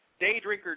Daydrinker